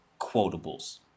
quotables